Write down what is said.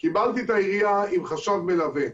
קיבלתי את העירייה עם חשב מלווה.